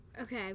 Okay